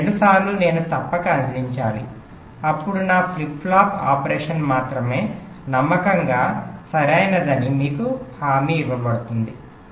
ఈ రెండు సార్లు నేను తప్పక అందించాలి అప్పుడు నా ఫ్లిప్ ఫ్లాప్ ఆపరేషన్ మాత్రమే నమ్మకంగా సరైనదని హామీ ఇవ్వబడుతుంది